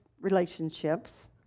relationships